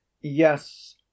yes